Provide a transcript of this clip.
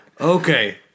Okay